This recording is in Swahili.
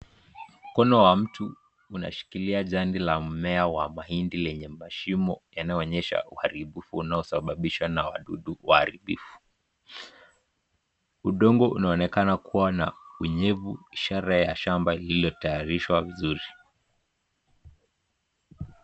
Mkono wa mtu unashikilia jani la mmea wa mahindi lenye mashimo yanayoonyesha uharibifu unaosababishwa na wadudu waharibifu. Udongo unaonekana kuwa na unyevu, ishara ya shamba iliyotayarishwa vizuri.